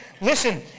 Listen